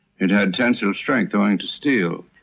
it had tensile strength going to steel